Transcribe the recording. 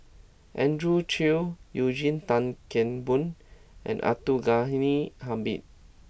Andrew Chew Eugene Tan Kheng Boon and Abdul Ghani Hamid